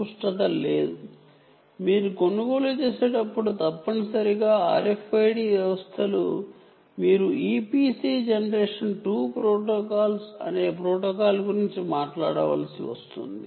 మీరు RFID వ్యవస్థలు కొనుగోలు చేసేటప్పుడు తప్పనిసరిగా మీరు EPC జనరేషన్ 2 ప్రోటోకాల్స్ అనే ప్రోటోకాల్ గురించి మాట్లాడవలసి ఉంటుంది